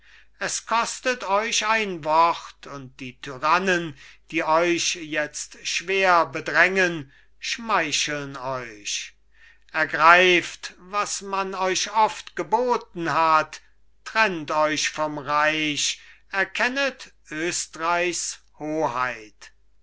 es kostet euch ein wort und die tyrannen die euch jetzt schwer bedrängen schmeicheln euch ergreift was man euch oft geboten hat trennt euch vom reich erkennet östreichs hoheit